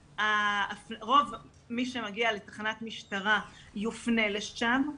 רוב מי שמגיע לתחנת משטרה יופנה לשם.